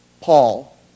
Paul